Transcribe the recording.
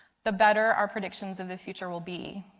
the better our predictions of the future will be.